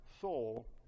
soul